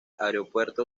aeropuerto